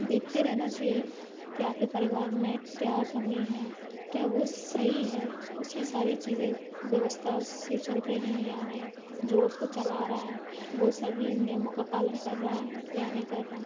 देखते रहना चाहिए कि आपके परिवार में क्या कमी हैं क्या वो सही है उसकी सारी चीज़ें व्यवस्था से चल रही हैं या नहीं जो उसको चला रहा है वो सभी नियमों का पालन कर रहा है या नहीं कर रहा